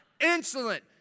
insolent